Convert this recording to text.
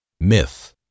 Myth